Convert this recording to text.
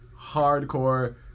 hardcore